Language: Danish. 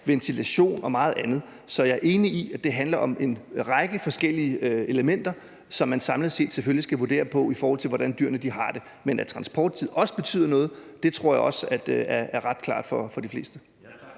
ventilation og meget andet. Så jeg er enig i, at det handler om en række forskellige elementer, som man samlet set selvfølgelig skal vurdere på, i forhold til hvordan dyrene har det. Men at transporttid også betyder noget, tror jeg også er ret klart for de fleste.